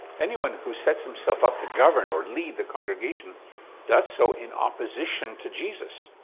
anyone who sets himself up to govern or lead the congregation does so in opposition to jesus.